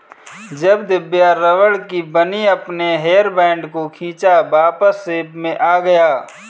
जब दिव्या रबड़ की बनी अपने हेयर बैंड को खींचा वापस शेप में आ गया